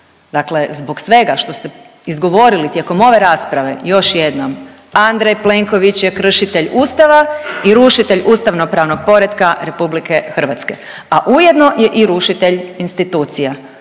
Dakle zbog svega što ste izgovorili tijekom ove rasprave još jednom. Andrej Plenković je kršitelj Ustava i rušitelj ustavno-pravnog poretka RH. A ujedno i rušitelj institucija